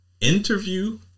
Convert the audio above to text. interview